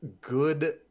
good